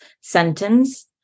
sentence